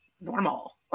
normal